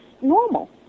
normal